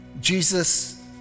Jesus